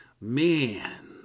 man